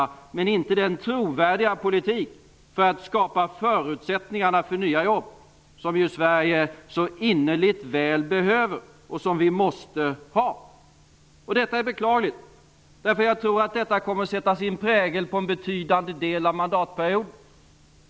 Det blev inte den trovärdiga politik som krävs för att skapa förutsättningar för de nya jobb som Sverige så innerligt väl behöver, och som vi måste ha. Detta är beklagligt. Jag tror nämligen att det kommer att sätta sin prägel på en betydande del av mandatperioden.